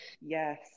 Yes